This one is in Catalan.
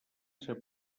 ésser